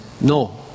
no